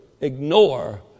ignore